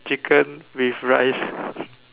chicken with rice